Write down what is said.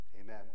Amen